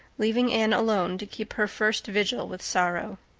leaving anne alone to keep her first vigil with sorrow.